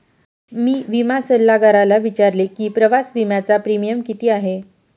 मी विमा सल्लागाराला विचारले की प्रवास विम्याचा प्रीमियम किती आहे?